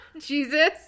Jesus